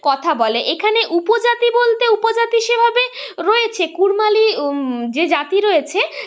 কথা বলে এখানে উপজাতি বলতে উপজাতি সেভাবে রয়েছে কুর্মালী যে জাতি রয়েছে